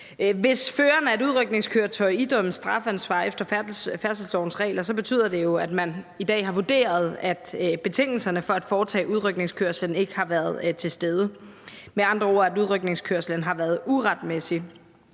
Hvis føreren af et udrykningskøretøj idømmes strafansvar efter færdselslovens regler, betyder det jo, at man i dag har vurderet, at betingelserne for at foretage udrykningskørslen ikke har været til stede, med andre ord at udrykningskørslen har været uretmæssig.